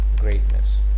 greatness